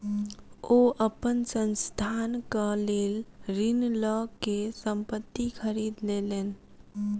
ओ अपन संस्थानक लेल ऋण लअ के संपत्ति खरीद लेलैन